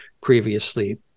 previously